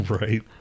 right